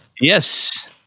Yes